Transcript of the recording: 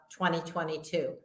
2022